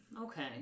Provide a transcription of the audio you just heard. Okay